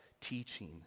teaching